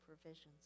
provisions